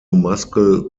muscle